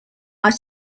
are